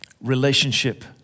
relationship